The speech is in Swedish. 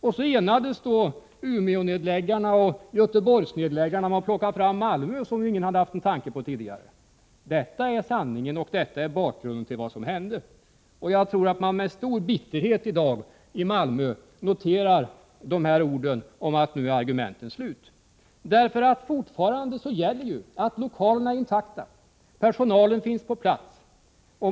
Sedan enades ”Umeånedläggarna” och ”Göteborgsnedläggarna” om att välja Malmö som ingen tidigare haft en tanke på. Detta är sanningen och detta är bakgrunden till vad som hände. Jag tror att man i Malmö i dag med stor bitterhet noterar uttalandet om att argumenten nu är slut. Fortfarande gäller ju att lokalerna är intakta. Personalen finns på plats.